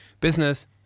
business